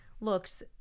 Looks